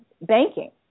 banking